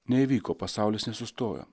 neįvyko pasaulis nesustojo